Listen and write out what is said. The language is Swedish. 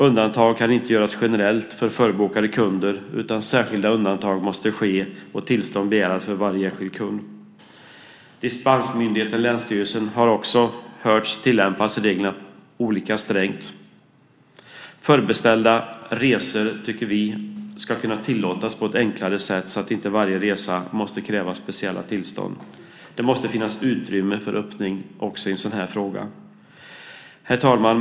Undantag kan inte göras generellt för förbokade kunder, utan särskilt undantag och tillstånd måste begäras för varje enskild kund. Dessutom har dispensmyndigheten länsstyrelsen hörts tillämpa reglerna olika strängt. Vi tycker att förbeställda resor ska kunna tillåtas på ett enklare sätt så att inte varje resa måste kräva speciellt tillstånd. Det måste finnas utrymme för en öppning också i denna fråga. Herr talman!